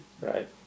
Right